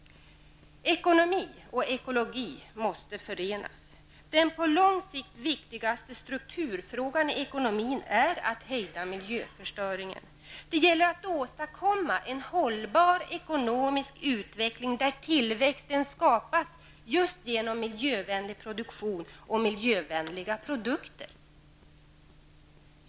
Ekonomi och ekologi måste förenas. Den på lång sikt viktigaste strukturfrågan i ekonomin är att hejda miljöförstöringen. Det gäller att åstadkomma en hållbar ekonomisk utveckling där tillväxten skapas genom miljövänlig produktion och miljövänliga produkter.